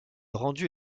rendu